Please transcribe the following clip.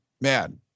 man